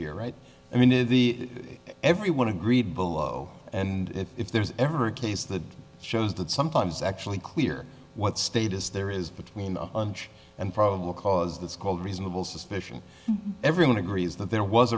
here right i mean the everyone agreed below and if there's ever a case that shows that sometimes actually clear what state is there is between a bunch and probable cause that's called reasonable suspicion everyone agrees that there was